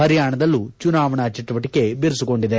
ಹರಿಯಾಣದಲ್ಲೂ ಚುನಾವಣಾ ಚಟುವಟಿಕೆ ಬಿರುಸುಗೊಂಡಿದೆ